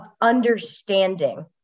understanding